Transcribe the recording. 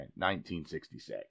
1966